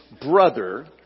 brother